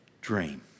dream